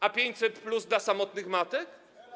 A 500+ dla samotnych matek?